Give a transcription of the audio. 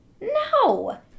No